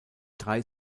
drei